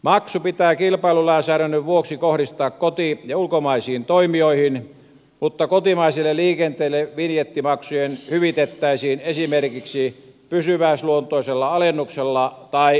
maksu pitää kilpailulainsäädännön vuoksi kohdistaa koti ja ulkomaisiin toimijoihin mutta kotimaiselle liikenteelle vinjettimaksu hyvitettäisiin esimerkiksi pysyväisluonteisella alennuksella tai veronpalautuksella